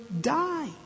die